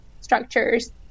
structures